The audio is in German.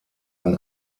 ein